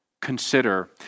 consider